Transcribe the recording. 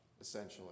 essentially